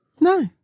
No